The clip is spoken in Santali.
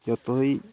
ᱡᱚᱛᱚᱣᱤᱜ